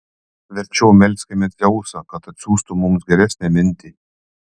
verčiau melskime dzeusą kad atsiųstų mums geresnę mintį